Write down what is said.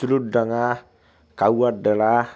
Chulurdanga